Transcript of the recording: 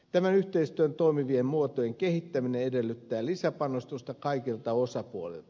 tämän yhteistyön toimivien muotojen kehittäminen edellyttää lisäpanostusta kaikilta osapuolilta